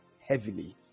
heavily